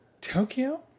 Tokyo